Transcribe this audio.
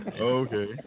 Okay